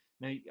Now